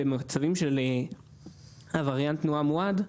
במצבים של עבריין תנועה מועד,